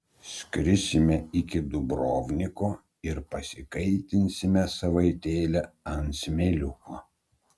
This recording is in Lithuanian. skrisime iki dubrovniko ir pasikaitinsime savaitėlę ant smėliuko